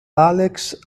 alex